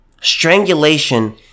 Strangulation